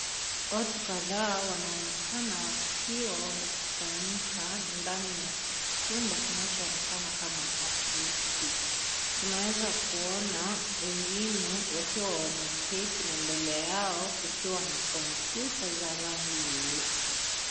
Watu kadhaa wanaonekana wakiwa wamekusanyika ndani ya chumba kinachoonekana kama afisi, tunaweza kuona wengine wakiwa wameketi na mbele yao kukiwa na kompyta ya rangi nyeusi.